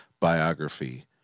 biography